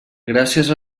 gràcies